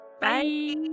Bye